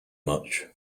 much